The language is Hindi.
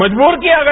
मजबूर किया गया